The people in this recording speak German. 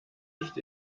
nicht